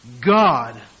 God